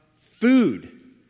Food